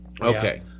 Okay